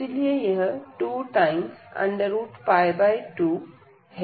इसीलिए यह 22 है